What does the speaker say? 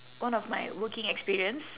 one of my working experience